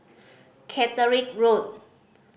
Caterick Road